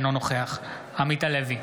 אינו נוכח עמית הלוי,